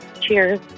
cheers